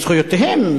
וזכויותיהם.